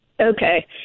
okay